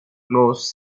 closed